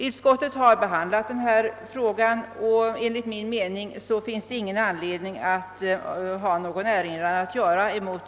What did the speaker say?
Utskottet har behandlat den frågan, och enligt min mening finns det ingen anledning att erinra mot utskottets skrivning på den punkten.